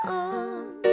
on